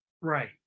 right